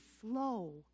slow